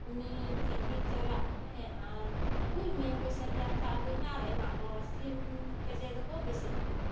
ᱩᱱᱤ ᱴᱷᱮᱱ ᱜᱮ ᱪᱟᱞᱟᱜ ᱢᱮ ᱟᱨ ᱟᱹᱜᱩᱭ ᱢᱮ ᱯᱚᱭᱥᱟ ᱛᱮ ᱦᱟᱛᱟᱣ ᱟᱹᱜᱩᱭ ᱢᱮ ᱟᱨ ᱮᱢᱟ ᱠᱚ ᱥᱤᱢ ᱜᱮᱰᱮ ᱫᱚᱠᱚ ᱵᱮᱥᱚᱜ ᱛᱟᱢᱟ